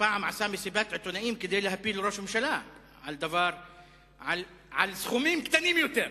שפעם עשה מסיבת עיתונאים כדי להפיל ראש ממשלה על סכומים קטנים יותר,